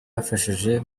bafashije